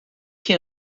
que